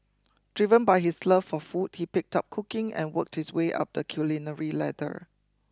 driven by his love for food he picked up cooking and worked his way up the culinary ladder